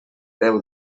déu